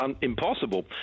impossible